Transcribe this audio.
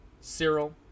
Cyril